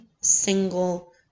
single